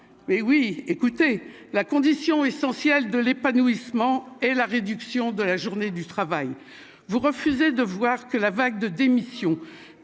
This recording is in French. mais oui écoutez la condition essentielle de l'épanouissement et la réduction de la journée du travail, vous refusez de voir que la vague de démissions